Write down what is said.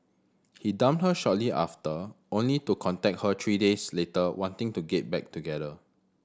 he dumped her shortly after only to contact her three days later wanting to get back together